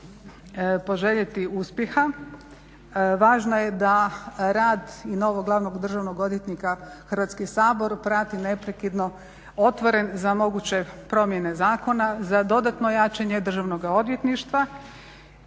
poželjeti uspjeha. Važno je da rad i novog glavnog državnog odvjetnika Hrvatski sabor prati neprekidno otvoren za moguće promjene zakona, za dodatno jačanje Državnoga odvjetništva